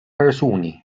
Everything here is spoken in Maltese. persuni